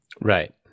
Right